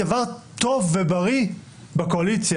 כששאלו אותי מה אני אומר על בג"ץ אליס מילר,